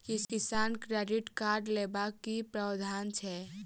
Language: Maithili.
किसान क्रेडिट कार्ड लेबाक की प्रावधान छै?